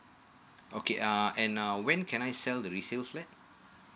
okay err and uh when can I sell the resale flat